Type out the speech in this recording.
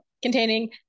containing